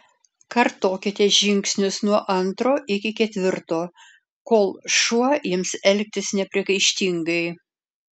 kartokite žingsnius nuo antro iki ketvirto kol šuo ims elgtis nepriekaištingai